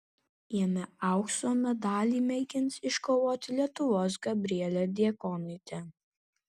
jame aukso medalį mėgins iškovoti lietuvė gabrielė diekontaitė